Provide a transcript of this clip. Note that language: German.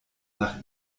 nach